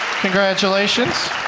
Congratulations